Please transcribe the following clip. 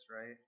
right